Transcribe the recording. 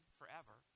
forever